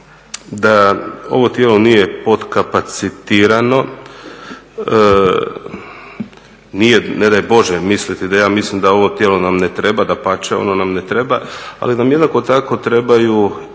da ovo tijelo nije podkapacitirano, nije ne daj Bože misliti da ja mislim da ovo tijelo nam ne treba. Dapače, ono nam ne treba. Ali nam jednako tako trebaju